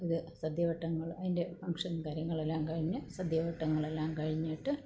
അത് സദ്യവട്ടങ്ങൾ അതിന്റെ ഫങ്ക്ഷനും കാര്യങ്ങളും എല്ലാം കഴിഞ്ഞു സദ്യവട്ടങ്ങളെല്ലാം കഴിഞ്ഞിട്ട്